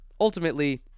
ultimately